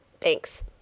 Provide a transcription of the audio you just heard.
Thanks